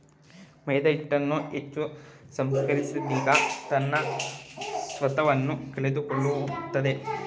ಮೈದಾಹಿಟ್ಟನ್ನು ಹೆಚ್ಚು ಸಂಸ್ಕರಿಸಿದಾಗ ತನ್ನ ಸತ್ವವನ್ನು ಕಳೆದುಕೊಳ್ಳುತ್ತದೆ